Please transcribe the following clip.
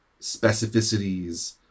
specificities